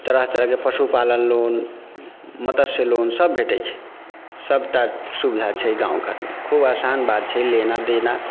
तरह तरहके पशुपालन लोन मत्स्य लोन सभ भेटै छै सभटा सुविधा छै गाँव घरमे खूब आसान बात छै लेना देना